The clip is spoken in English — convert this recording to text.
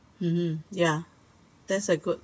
uh ya that's a good